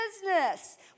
business